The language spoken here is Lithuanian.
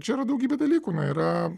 čia yra daugybė dalykų na yra